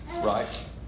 right